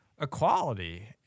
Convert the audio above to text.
equality